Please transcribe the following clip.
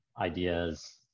ideas